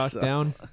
Down